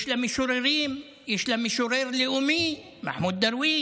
יש לה משוררים, יש לה משורר לאומי, מחמוד דרוויש,